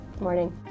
Morning